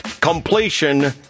completion